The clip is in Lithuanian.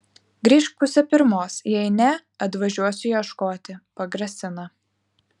grįžk pusę pirmos jei ne atvažiuosiu ieškoti pagrasina